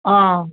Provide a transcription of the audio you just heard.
অঁ